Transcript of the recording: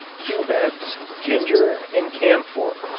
cubebs, ginger and camphor.